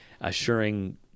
assuring